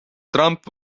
trump